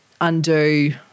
undo